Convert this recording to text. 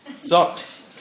Socks